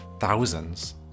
thousands